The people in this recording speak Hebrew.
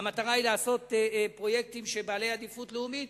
המטרה היא לעשות פרויקטים בעלי עדיפות לאומית,